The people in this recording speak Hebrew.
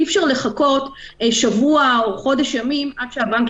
אי-אפשר לחכות שבוע או חודש ימים עד שהבנק